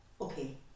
okay